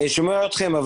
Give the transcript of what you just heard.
אני שומע אתכם.